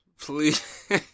please